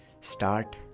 start